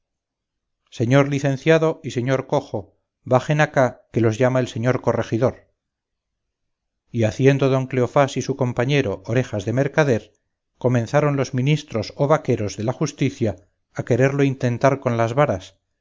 señor licenciado y señor cojo bajen acá que los llama el señor corregidor y haciendo don cleofás y su compañero orejas de mercader comenzaron los ministros o vaqueros de la justicia a quererlo intentar con las varas